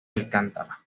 alcántara